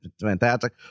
fantastic